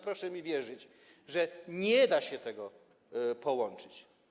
Proszę mi wierzyć, że nie da się tego połączyć.